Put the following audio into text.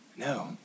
No